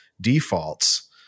defaults